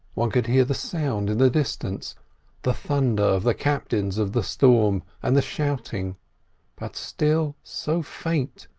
one could hear the sound in the distance the thunder of the captains of the storm and the shouting but still so faint,